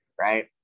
right